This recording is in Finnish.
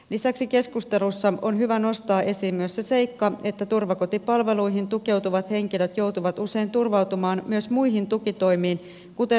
lisäksi keskustelussa on hyvä nostaa esiin myös se seikka että turvakotipalveluihin tukeutuvat henkilöt joutuvat usein turvautumaan myös muihin tukitoimiin kuten rikosuhripäivystyksen palveluihin